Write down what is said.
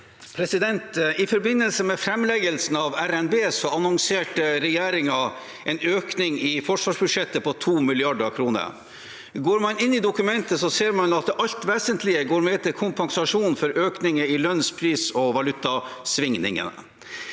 I forbindelse med framleggelsen av RNB annonserte regjeringen en økning i forsvarsbudsjettet på 2 mrd. kr. Går man inn i dokumentet, ser man at det i alt vesentlig går med til kompensasjon for økning i lønn og pris og valutasvingninger.